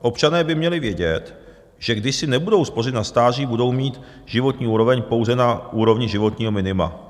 Občané by měli vědět, že když si nebudou spořit na stáří, budou mít životní úroveň pouze na úrovni životního minima.